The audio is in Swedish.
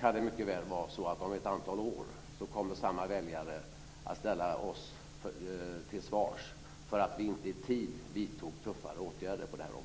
kan det mycket väl vara så att om ett antal år kommer samma väljare att ställa oss till svars för att vi inte i tid vidtog tuffare åtgärder på det här området.